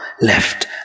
left